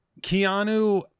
Keanu